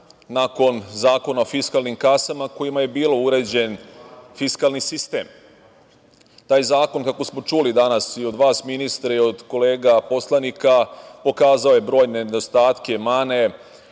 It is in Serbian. nakon Zakona o fiskalnim kasama kojima je bio uređen fiskalni sistem. Taj zakon, kako smo čuli, danas i od vas ministre i od kolega poslanika pokazao je brojne nedostatke, mane,